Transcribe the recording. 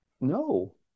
No